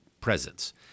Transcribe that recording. presence